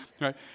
right